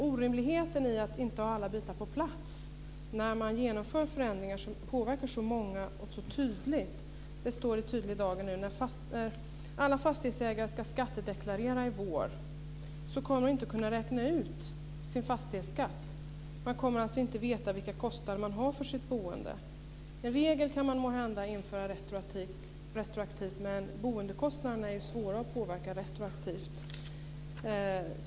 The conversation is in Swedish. Orimligheten i att inte ha alla bitar på plats när man genomför förändringar som påverkar så många så tydligt står i tydlig dager när nu alla fastighetsägare i vår ska skattedeklarera. De kommer då inte att kunna räkna ut sin fastighetsskatt. Man kommer alltså inte att veta vilka kostnader man har för sitt boende. En regel kan man måhända införa retroaktivt, men boendekostnaderna är svåra att påverka retroaktivt.